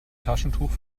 taschentuch